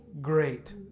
great